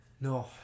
No